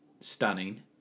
stunning